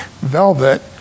velvet